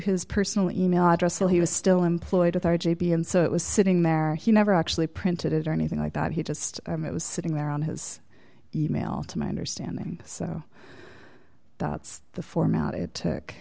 his personal email address so he was still employed with r g b and so it was sitting there he never actually printed it or anything like that he just it was sitting there on his email to my understanding so that's the format it took